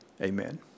Amen